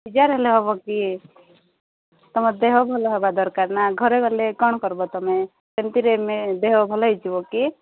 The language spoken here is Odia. ବିଜାର ହେଲେ ହେବ କି ତମ ଦେହ ଭଲ ହବା ଦରକାର ନାଁ ଘରେ ଗଲେ କ'ଣ କରିବ ତମେ ସେମିତିରେ ମେ ଦେହ ଭଲ ହୋଇଯିବ କି